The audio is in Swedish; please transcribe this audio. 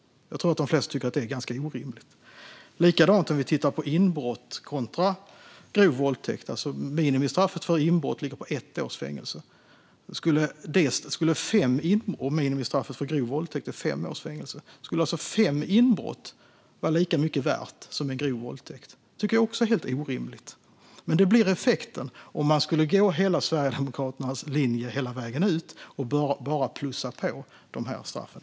Jag tror att de flesta tycker att det är ganska orimligt. Det är likadant med inbrott kontra grov våldtäkt. Minimistraffet för inbrott ligger på ett års fängelse, och minimistraffet för grov våldtäkt är fem års fängelse. Skulle alltså fem inbrott vara lika mycket värt som en grov våldtäkt? Det tycker jag också är helt orimligt. Det blir effekten om man skulle gå Sverigedemokraternas linje hela vägen ut och bara plussa på straffen.